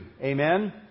Amen